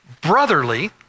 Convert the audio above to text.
brotherly